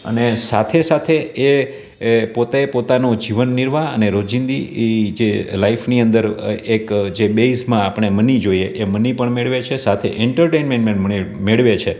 અને સાથે સાથે એ એ પોતે પોતાનું જીવન નિર્વાહ અને રોજીંદી એ જે લાઇફની અંદર એક જે બેસમાં આપણને મની જોઈએ એ મની પણ મેળવે છે સાથે એન્ટાટેનમેનમેન મેળવે છે